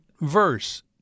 verse